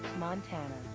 montana.